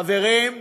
חברים,